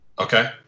Okay